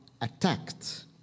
attacked